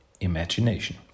imagination